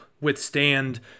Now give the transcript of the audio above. withstand